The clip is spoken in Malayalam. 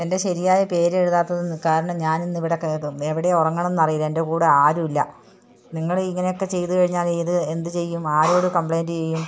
എൻ്റെ ശരിയായ പേര് എഴുതാത്തതിന് കാരണം ഞാനിന്ന് ഇവിടെ കിടക്കും എവിടെ ഉറങ്ങണണന്ന് അറിയില്ല എൻ്റെ കൂടെ ആരും ഇല്ല നിങ്ങൾ ഇങ്ങനെയൊക്കെ ചെയ്ത് കഴിഞ്ഞാൽ ഇത് എന്ത് ചെയ്യും ആരോട് കംപ്ലൈയിൻ്റ് ചെയ്യും